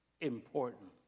important